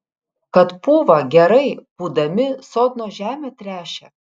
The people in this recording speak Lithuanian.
kad pūva gerai pūdami sodno žemę tręšia